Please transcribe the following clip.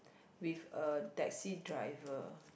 with a taxi driver